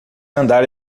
andar